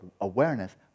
awareness